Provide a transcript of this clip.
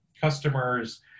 customers